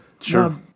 Sure